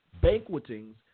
banquetings